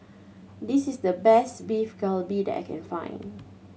this is the best Beef Galbi that I can find